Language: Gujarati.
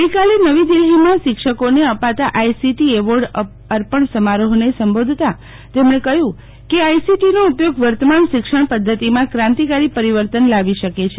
ગઈકાલે નવી દિલ્ફીમાં શિક્ષકોને અપાતા આઈસીટી એવોર્ડ અર્પણ સમારોહને સંબોધતા તેમણે કહ્યું કે આઈસીટી નો ઉપયોગ વર્તમાન શિક્ષણ પધ્ધતિમાં ક્રાંતિકારી પરિવર્તન લાવી શકે છે